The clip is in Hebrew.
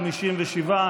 57,